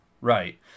Right